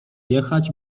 jechać